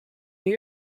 new